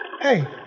Hey